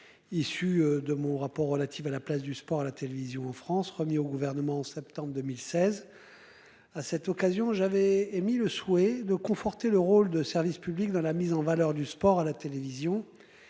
Issue de mon rapport relatives à la place du sport à la télévision en France, remis au gouvernement en septembre 2016. À cette occasion j'avais émis le souhait de conforter le rôle de service public dans la mise en valeur du sport à la télévision.